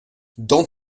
dans